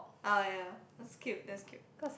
oh ya that's cute that's cute